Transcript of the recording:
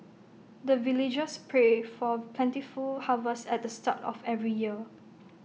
the villagers pray for plentiful harvest at the start of every year